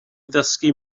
ddysgu